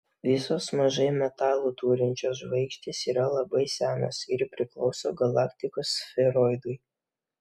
visos mažai metalų turinčios žvaigždės yra labai senos ir priklauso galaktikos sferoidui